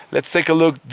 let's take a look,